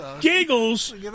Giggles